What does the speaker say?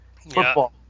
football